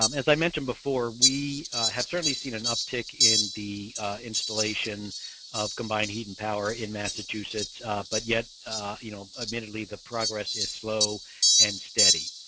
um as i mentioned before, we have certainly seen an uptake in the installation of combined heating power in massachusetts but yet you know admittedly the progress is slow and steady.